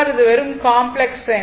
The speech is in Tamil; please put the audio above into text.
இது வெறும் காம்ப்ளக்ஸ் எண்